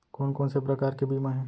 कोन कोन से प्रकार के बीमा हे?